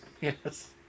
Yes